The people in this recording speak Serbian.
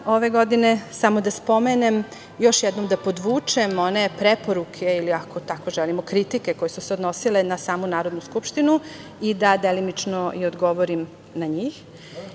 ove godine. Samo da spomenem, još jednom da podvučem one preporuke ili ako tako želimo, kritike, koje su se odnosile na samu Narodnu skupštinu i da delimično i odgovorim na njih.